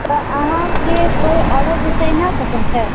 तऽ अहाँके कोइ आओरो विषय ना पसन्द छै